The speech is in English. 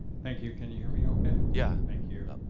thank you, can you hear me okay? yeah. thank you,